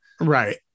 Right